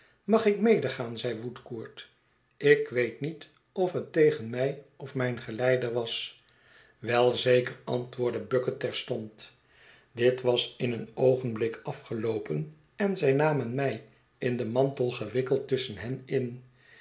mag ik medegaan zeide woodcourt ik weet niet of het tegen mij of mijn geleider was wel zeker antwoordde bucket terstond dit was in een oogenblik afgeloopen en zij namen mij in den mantel gewikkeld tusschen hen in